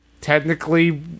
technically